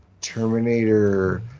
Terminator